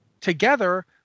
together